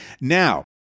now